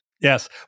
Yes